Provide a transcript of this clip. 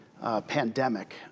pandemic